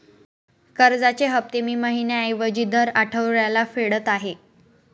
कर्जाचे हफ्ते मी महिन्या ऐवजी दर आठवड्याला फेडत आहे